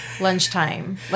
lunchtime